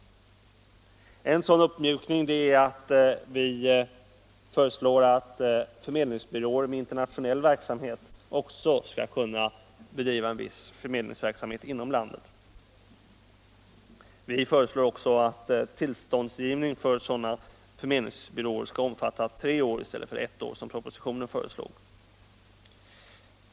En sådan uppmjukning finns i vårt förslag att förmedlingsbyråer med internationell verksamhet också skall kunna bedriva en viss förmedlingsverksamhet inom landet. Vi föreslår även att tillståndsgivning för sådana förmedlingsbyråer skall omfatta tre år i stället för ett år, som propositionen förordar.